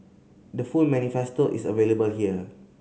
the full manifesto is available here